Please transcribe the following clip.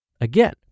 Again